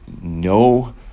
no